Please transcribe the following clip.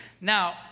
Now